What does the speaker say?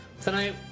Tonight